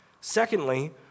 Secondly